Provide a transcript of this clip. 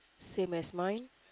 same as mine